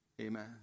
Amen